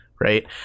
right